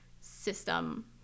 system